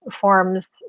forms